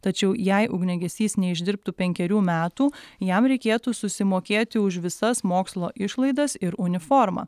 tačiau jei ugniagesys neišdirbtų penkerių metų jam reikėtų susimokėti už visas mokslo išlaidas ir uniformą